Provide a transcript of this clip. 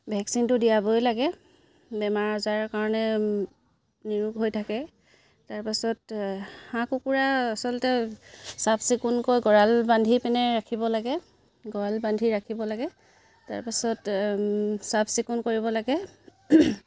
ভেকচিনটো দিয়াবই লাগে বেমাৰ আজাৰৰ কাৰণে নিৰোগ হৈ থাকে তাৰপাছত হাঁহ কুকুৰা আচলতে চাফ চিকুণকৈ গঁৰাল বান্ধি পিনে ৰাখিব লাগে গঁৰাল বান্ধি ৰাখিব লাগে তাৰপাছত চাফ চিকুণ কৰিব লাগে